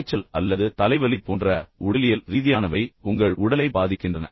காய்ச்சல் அல்லது தலைவலி போன்ற உடலியல் ரீதியானவை உங்கள் உடலை பாதிக்கின்றன